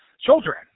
children